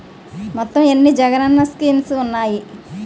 మొత్తం ఎన్ని జగనన్న స్కీమ్స్ ఉన్నాయి?